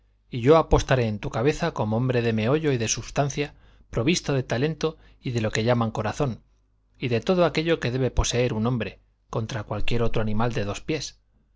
y yo apostaré en tu cabeza como hombre de meollo y de substancia provisto de talento y de lo que llaman corazón y de todo aquello que debe poseer un hombre contra cualquier otro animal de dos pies